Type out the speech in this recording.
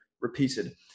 repeated